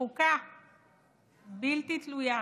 לחוקה בלתי תלויה